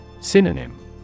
Synonym